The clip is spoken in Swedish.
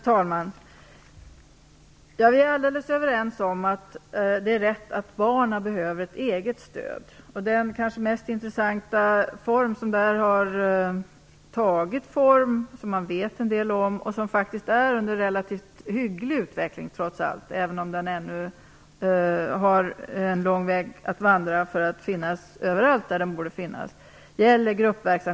Herr talman! Vi är helt överens om att det är rätt att barnen behöver ett eget stöd. Den kanske mest intressanta formen av detta stöd är gruppverksamheterna för barn. Den verksamheten har tagit form, man vet en del om den och den är faktiskt under relativt hygglig utveckling trots allt, även om den ännu har en lång väg att vandra för att finnas överallt där den borde finnas.